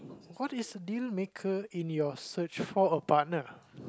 what is dealmaker in your search for a partner